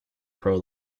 pro